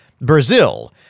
Brazil